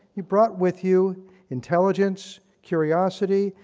you brought with you intelligence, curiosity,